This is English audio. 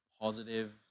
positive